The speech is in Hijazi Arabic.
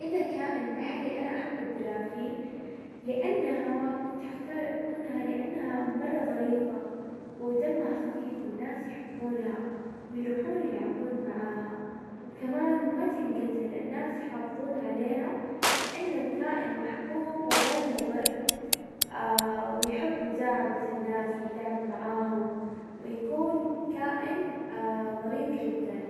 اذا كائن بحري انا احب الدلافين، لانها-كنت حختار اكونها لانها مرة ظريفة، ودمها خفيف، والناس يحبونها، ويروحون يلعبون معاهان وكمان ما تنقتل. الناس يحافظون عليها، لانه كائن محبوب وغير مظر ويحب مداعبة الناس، واللعب معاهم، ويكون كائن ظريف جدا.